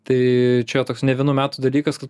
tai čia toks ne vienų metų dalykas kad